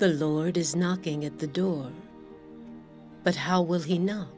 the lord is knocking at the door but how will he know